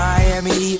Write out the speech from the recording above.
Miami